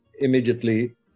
immediately